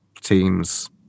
teams